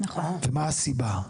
ומה הסיבה?